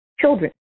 children